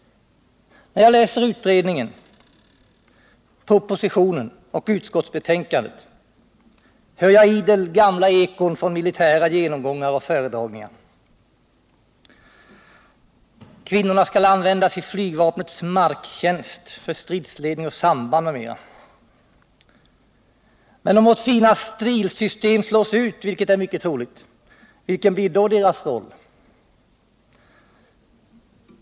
När jag läser utredningen, propositionen och utskottsbetänkandet hör jag idel ekon från militära genomgångar och föredragningar. Kvinnorna skall användas i flygvapnets marktjänst, för stridsledning och samband m.m. Men om vårt fina STRIL-system slås ut — vilket är mycket troligt — vilken blir då deras roll?